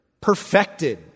perfected